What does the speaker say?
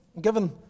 Given